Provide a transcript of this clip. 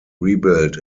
rebuilt